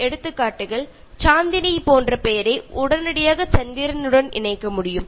ഉദാഹരണത്തിന് ചാന്ദിനി എന്ന പേര് ചന്ദ്രനുമായി വളരെ പെട്ടെന്ന് ബന്ധിപ്പിക്കാൻ കഴിയും